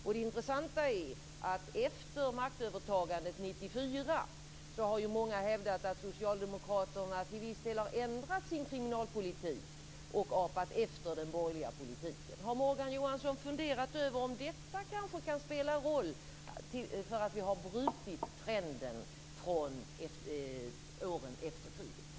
Och det intressanta är att många efter maktövertagandet 1994 har hävdat att socialdemokraterna till viss del har ändrat sin kriminalpolitik och apat efter den borgerliga politiken. Har Morgan Johansson funderat över om detta kanske kan spela en roll för att vi har brutit trenden från åren efter kriget?